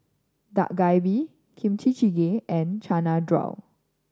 Dak Galbi Kimchi Jjigae and Chana Dal